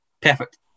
perfect